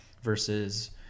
versus